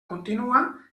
continua